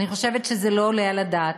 אני חושבת שזה לא עולה על הדעת